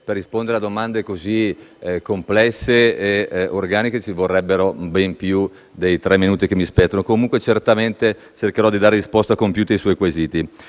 per rispondere a domande così complesse e organiche ci vorrebbero ben più dei tre minuti che mi spettano; cercherò comunque di dare risposte compiute ai suoi quesiti.